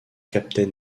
captain